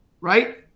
right